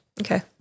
Okay